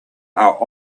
are